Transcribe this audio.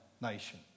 nation